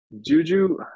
Juju